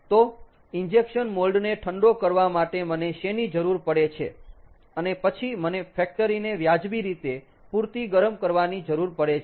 તો injection mould ને ઠંડો કરવા માટે મને શેની જરૂર પડે છે અને પછી મને ફેક્ટરી ને વ્યાજબી રીતે પૂરતી ગરમ કરવાની જરૂર પડે છે